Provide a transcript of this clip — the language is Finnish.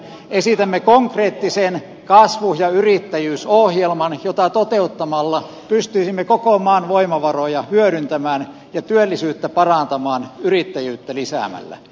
esitämme konkreettisen kasvu ja yrittäjyysohjelman jota toteuttamalla pystyisimme koko maan voimavaroja hyödyntämään ja työllisyyttä parantamaan yrittäjyyttä lisäämällä